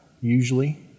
usually